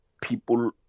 people